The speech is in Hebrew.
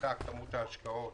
עלתה כמות ההשקעות